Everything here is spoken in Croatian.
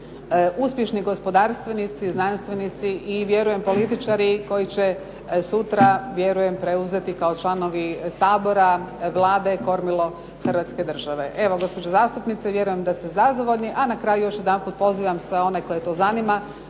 uspješni gospodarstvenici, znanstvenici i vjerujem političari koji će sutra vjerujem preuzeti kao članovi Sabora, Vlade, kormilo Hrvatske države. Evo, gospođo zastupnice, vjerujem da ste zadovoljni. A na kraju još jedanput pozivam sve one koje to zanima